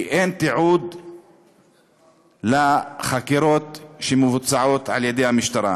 כי אין תיעוד לחקירות שמבוצעות על-ידי המשטרה.